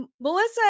Melissa